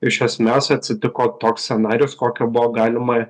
iš esmės atsitiko toks scenarijus kokio buvo galima